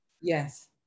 Yes